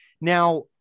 Now